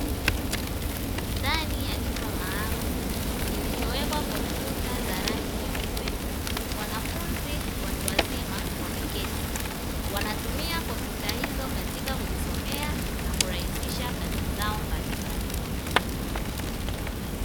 Ndani ya chumba maalum kilichowekwa kompyuta za rangi nyeupe, wanafunzi watu wazima wameketi, wanatumia kompyuta hizo katika kujisomea na kurahisisha kazi zao mbalimbali.